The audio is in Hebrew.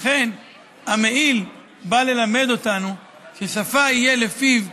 לכן המעיל בא ללמד אותנו ש"שפה יהיה לפיו,